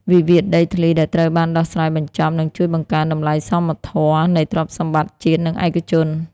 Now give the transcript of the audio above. វិវាទដីធ្លីដែលត្រូវបានដោះស្រាយបញ្ចប់ នឹងជួយបង្កើនតម្លៃសមធម៌នៃទ្រព្យសម្បត្តិជាតិ និងឯកជន។